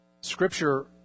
scripture